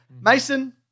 Mason